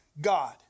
God